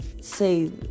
say